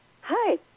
Hi